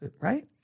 right